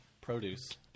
produce